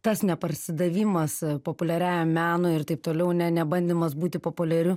tas neparsidavimas populiariajam menui ir taip toliau ne ne bandymas būti populiariu